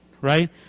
right